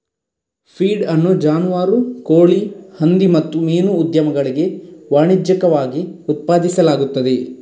feed ಅನ್ನು ಜಾನುವಾರು, ಕೋಳಿ, ಹಂದಿ ಮತ್ತು ಮೀನು ಉದ್ಯಮಗಳಿಗೆ ವಾಣಿಜ್ಯಿಕವಾಗಿ ಉತ್ಪಾದಿಸಲಾಗುತ್ತದೆ